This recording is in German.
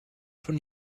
von